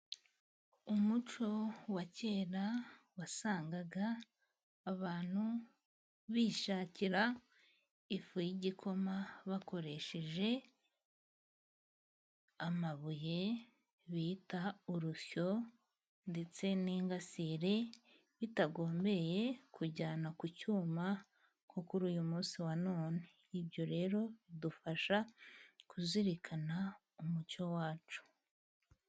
Umuco wa kera wasangaga abantu bishakira ifu y'igikoma bakoresheje amabuye bita urusyo ndetse n'ingasire bitagombye kujyana ku cyuma kuri uyu munsi wa none ibyo rero bidufasha kuzirikana umuco wacu.